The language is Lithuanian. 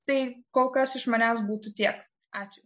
tai kol kas iš manęs būtų tiek ačiū